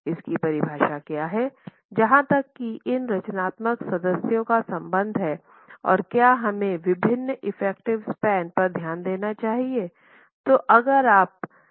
इसकी परिभाषा क्या है जहाँ तक की इन संरचनात्मक सदस्यों का संबंध है और क्या हमें विभिन्न इफेक्टिव स्पैन पर ध्यान देना चाहिए